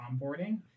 onboarding